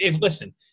listen